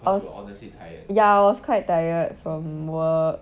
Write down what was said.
I was ya I was quite tired from work